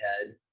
head